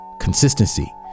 consistency